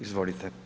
Izvolite.